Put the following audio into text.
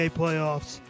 playoffs